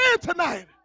tonight